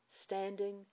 standing